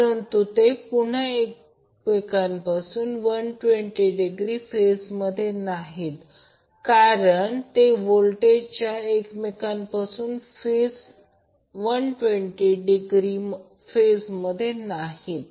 परंतु ते पुन्हा एकमेकांपासून 120 डिग्री फेजमध्ये नाहीत कारण ते व्होल्टेज एकमेकांपासून 120 डिग्री फेजमध्ये नाहीत